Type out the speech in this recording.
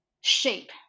shape